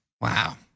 Wow